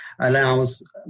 allows